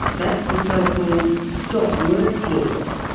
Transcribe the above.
that's the so-called stop work clause.